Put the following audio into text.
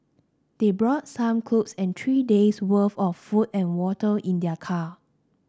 they brought some clothes and three days' worth of food and water in their car